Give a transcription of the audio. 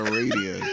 radio